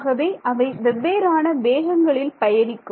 ஆகவே அவை வெவ்வேறான வேகங்களில் பயணிக்கும்